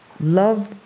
love